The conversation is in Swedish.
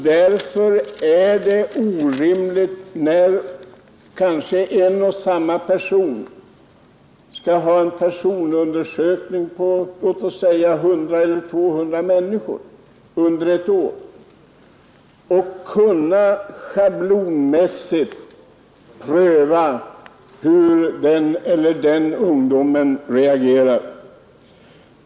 Därför är det orimligt att kanske en enda person skall göra personundersökningar beträffande låt oss säga 100 eller 200 människor under ett år och schablonmässigt pröva hur den eller den ungdomen reagerar.